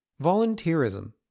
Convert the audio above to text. Volunteerism